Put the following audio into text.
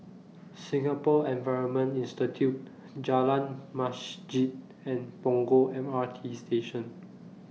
Singapore Environment Institute Jalan Masjid and Punggol M R T Station